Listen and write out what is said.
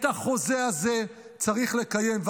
את החוזה הזה צריך לקיים,